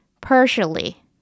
Partially